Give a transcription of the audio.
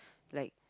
like